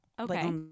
okay